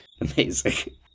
Amazing